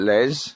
Les